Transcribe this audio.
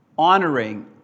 Honoring